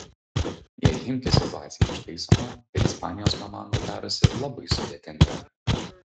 jei chimki situacija ištaisoma tai ispanijos komanda darosi labai sudėtinga